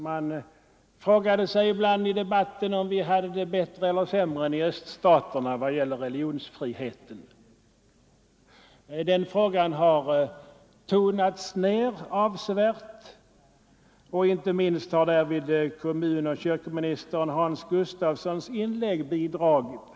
Man frågade sig ibland i debatten om vi hade det bättre eller sämre än i öststaterna vad gäller religionsfriheten. Frågan har nu tonats ned avsevärt. Inte minst har därvid kommunoch kyrkoministern Hans Gustafssons inlägg bidragit.